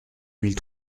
mille